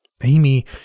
Amy